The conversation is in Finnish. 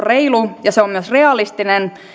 reilu ja myös realistinen